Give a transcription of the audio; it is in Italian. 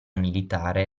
militare